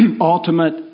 ultimate